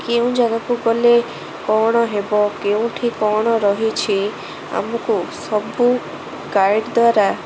କେଉଁ ଜାଗାକୁ ଗଲେ କ'ଣ ହେବ କେଉଁଠି କ'ଣ ରହିଛି ଆମକୁ ସବୁ ଗାଇଡ଼ ଦ୍ୱାରା